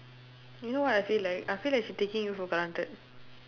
you know what I feel like I feel like she taking you for granted